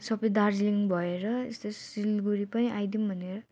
सबै दार्जिलिङ भएर यस्तो सिलगढी पनि आइदिउँ भनेर